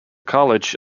college